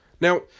now